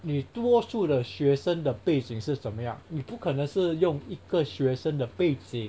你多数的学生的背景是怎么样你不可能是用一个学生的背景